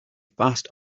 fast